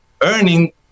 earning